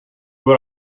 what